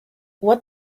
what